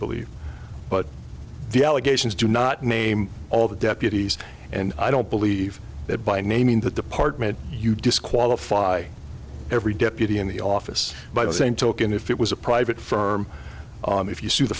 believe but the allegations do not name all the deputies and i don't believe that by naming the department you disqualify every deputy in the office by the same token if it was a private firm if you sue the